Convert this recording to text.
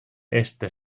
este